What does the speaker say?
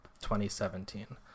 2017